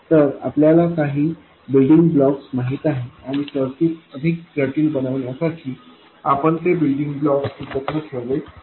तर आपल्याला काही बिल्डिंग ब्लॉक्स माहित आहेत आणि सर्किट्स अधिक जटिल बनविण्यासाठी आपण ते बिल्डिंग ब्लॉक्स एकत्र ठेवले आहेत